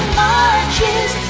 marches